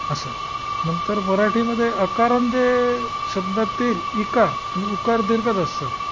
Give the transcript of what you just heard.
असं नंतर मराठीमध्ये अकारण जे शब्दातील इकार आणि उकार दीर्घच असतात